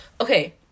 okay